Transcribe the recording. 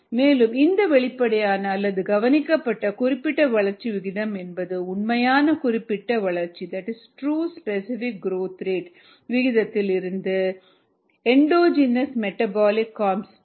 மேலும் இந்த வெளிப்படையான அல்லது கவனிக்கப்பட்ட குறிப்பிட்ட வளர்ச்சி விகிதம் என்பது உண்மையான குறிப்பிட்ட வளர்ச்சி விகிதத்தில் இருந்து எண்டோஜெனஸ் மெட்டபாலிசம் கான்ஸ்டன்ட் ke கழித்தலுக்கு சமம்